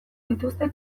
dituzte